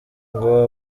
ngo